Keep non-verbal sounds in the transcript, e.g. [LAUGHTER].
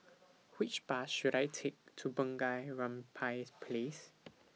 Which Bus should I Take to Bunga Rampai [NOISE] Place